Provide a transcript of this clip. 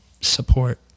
support